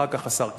אחר כך השר כץ.